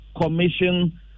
commission